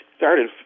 started